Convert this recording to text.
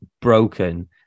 broken